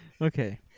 okay